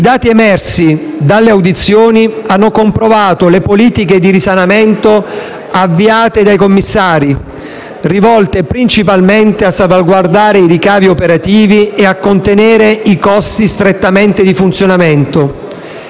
I dati emersi dalle audizioni hanno comprovato le politiche di risanamento avviate dai commissari, rivolte principalmente a salvaguardare i ricavi operativi e a contenere i costi strettamente di funzionamento.